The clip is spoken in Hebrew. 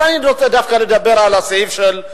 אבל אני דווקא רוצה לדבר על סעיף